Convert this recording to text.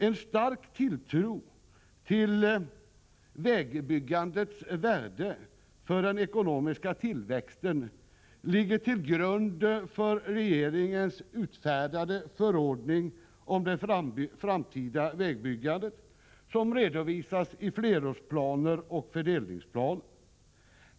En stark tilltro till vägbyggandets värde för den ekonomiska tillväxten ligger till grund för den av regeringen utfärdade förordningen om det framtida vägbyggandet, som redovisas i flerårsplaner och fördelningsplaner.